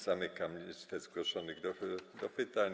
Zamykam listę zgłoszonych do pytań.